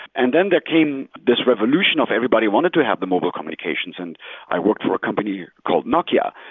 and then there came this revolution of everybody wanted to have the mobile communications, and i worked for a company called nokia,